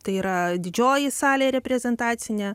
tai yra didžioji salė reprezentacinė